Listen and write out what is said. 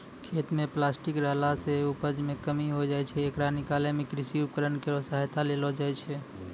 खेत म प्लास्टिक रहला सें उपज मे कमी होय जाय छै, येकरा निकालै मे कृषि उपकरण केरो सहायता लेलो जाय छै